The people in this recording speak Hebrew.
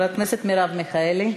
חברת הכנסת מרב מיכאלי.